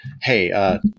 hey